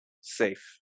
safe